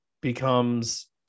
becomes